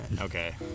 Okay